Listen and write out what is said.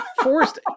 Forced